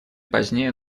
позднее